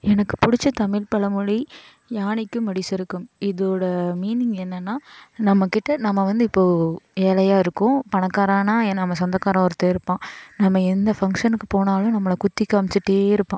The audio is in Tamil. எனக்கு பிடிச்ச தமிழ் பழமொழி யானைக்கும் அடி சறுக்கும் இதோடய மீனிங் என்னென்னா நம்மக்கிட்ட நம்ம வந்து இப்போது ஏழையாக இருக்கோம் பணக்காரன் நம்ம சொந்தக்காரன் ஒருத்தன் இருப்பான் நம்ம எந்த ஃபங்ஷனுக்கு போனாலும் நம்மளை குத்தி காமிச்சிட்டு இருப்பான்